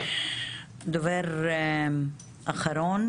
דובר אחרון